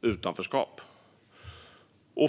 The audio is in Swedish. utanförskap.